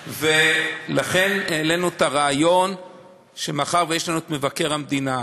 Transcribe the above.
ולכן העלינו את הרעיון שמאחר שיש לנו את מבקר המדינה,